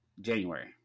January